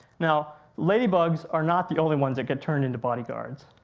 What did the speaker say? now ladybugs are not the only ones that get turned into bodyguards.